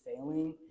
failing